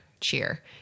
cheer